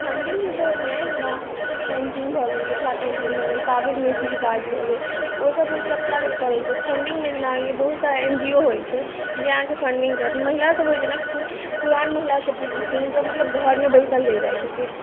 फण्डिंगके श्रोतमे जेना पेन्टिंग भऽ गेल मिथिला पेन्टिंग भऽ गेल कागजमे सिक्कीके काज भऽ गेल ओसभ होइत छै अपना लोक करैत छै फण्डिंगमे जेना होइए बहुत सारा एन जी ओ होइत छै जे अहाँके फण्डिंग करत महिलासभ होइत छै जेना पुरान महिलासभ जे छथिन से मतलब घरमे बैसल रहि जाइत छथिन